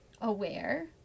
aware